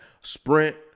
sprint